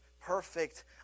perfect